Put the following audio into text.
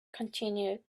continued